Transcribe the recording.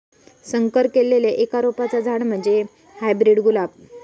संकर केल्लल्या एका रोपाचा झाड म्हणजे हायब्रीड गुलाब